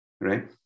right